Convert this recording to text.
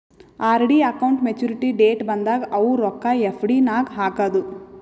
RD account maturity date ಬಂದಾಗ ಅವು ರೊಕ್ಕಾ ಎಫ್.ಡಿ ನಾಗ್ ಹಾಕದು